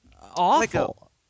awful